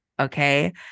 Okay